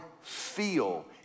feel